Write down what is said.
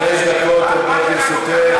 חמש דקות עומדות לרשותך.